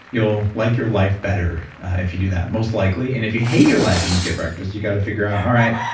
you'll like your life better if you do that most likely. and if you hate your life when you skip breakfast, you got to figure out, all right,